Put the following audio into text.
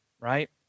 right